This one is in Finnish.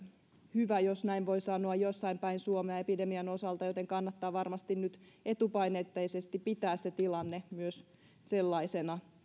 hyvä jos näin voi sanoa jossain päin suomea epidemian osalta joten kannattaa varmasti nyt etupainotteisesti myös pitää se tilanne sellaisena